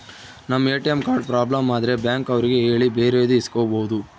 ನಮ್ ATM card problem ಆದ್ರೆ bank ಅವ್ರಿಗೆ ಹೇಳಿ ಬೇರೆದು ಇಸ್ಕೊಬೋದು